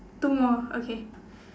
two more okay